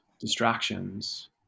distractions